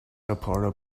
apollo